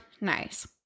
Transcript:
nice